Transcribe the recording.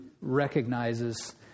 recognizes